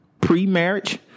pre-marriage